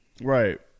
Right